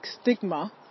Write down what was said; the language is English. stigma